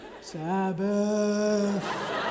Sabbath